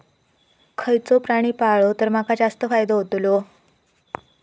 खयचो प्राणी पाळलो तर माका जास्त फायदो होतोलो?